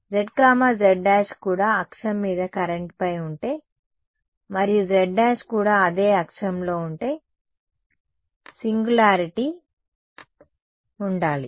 z z′ కూడా అక్షం మీద కరెంట్పై ఉంటే మరియు z′ కూడా అదే అక్షంలో ఉంటే సింగులారిటీ ఉండాలి